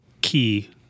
key